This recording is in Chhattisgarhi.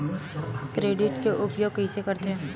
क्रेडिट के उपयोग कइसे करथे?